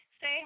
Say